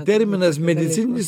terminas medicininis